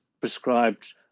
prescribed